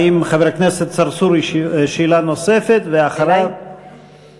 חבר הכנסת צרצור, שאלה נוספת, ואחריו, אלי?